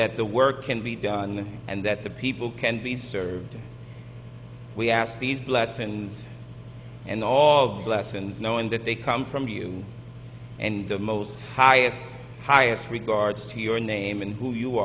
that the work can be done and that the people can be served we ask these blessings and august last and knowing that they come from you and the most highest highest regards to your name and who you